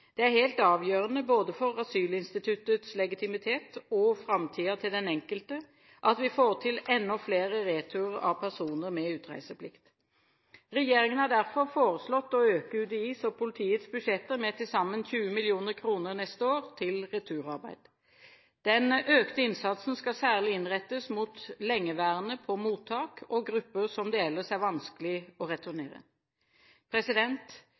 Det er helt avgjørende både for asylinstituttets legitimitet og for framtiden til den enkelte at vi får til enda flere returer av personer med utreiseplikt. Regjeringen har derfor foreslått å øke UDIs og politiets budsjetter med til sammen 20 mill. kr neste år til returarbeid. Den økte innsatsen skal særlig innrettes mot lengeværende på mottak og grupper som det ellers er vanskelig å